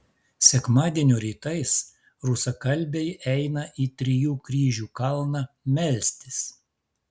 sekmadienio rytais rusakalbiai eina į trijų kryžių kalną melstis